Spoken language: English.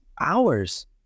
hours